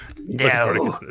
No